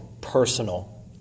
personal